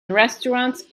restaurants